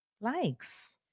likes